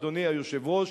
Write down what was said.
אדוני היושב-ראש,